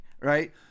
right